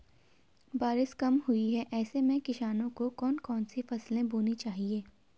बारिश कम हुई है ऐसे में किसानों को कौन कौन सी फसलें बोनी चाहिए?